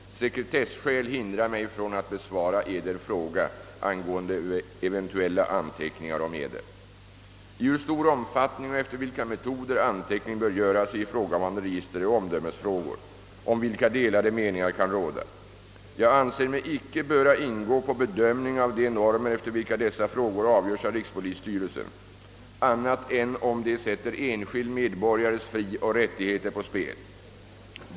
Sekretesskäl hindrar mig från att besvara Eder fråga angående eventuella anteckningar om Eder. I hur stor omfattning och efter vilka metoder anteckning bör göras i ifrågavarande register är omdömesfrågor, om vilka delade meningar kan råda. Jag anser mig icke böra ingå på bedömning av de normer efter vilka dessa frågor avgörs av rikspolisstyrelsen annat än om de sätter enskild medborgares frioch rättigheter på spel.